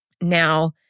Now